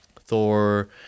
Thor